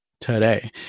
today